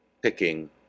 picking